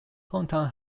hometown